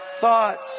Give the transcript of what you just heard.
thoughts